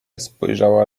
spojrzała